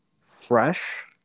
fresh